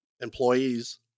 employees